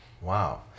Wow